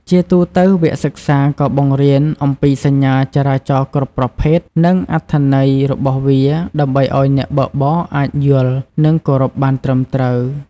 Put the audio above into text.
ជាទួទៅ វគ្គសិក្សាក៏បង្រៀនអំពីសញ្ញាចរាចរណ៍គ្រប់ប្រភេទ និងអត្ថន័យរបស់វា ដើម្បីឲ្យអ្នកបើកបរអាចយល់ និងគោរពបានត្រឹមត្រូវ។